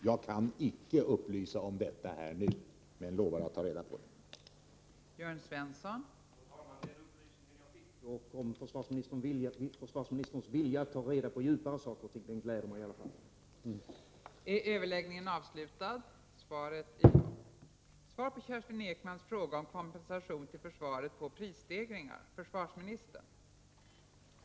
Jag kan inte upplysa om detta nu, men jag lovar alltså att ta reda på det.